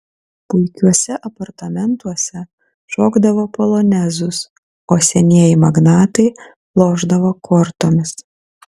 puikiuose apartamentuose šokdavo polonezus o senieji magnatai lošdavo kortomis